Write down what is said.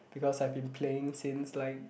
because I've been playing since like